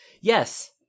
Yes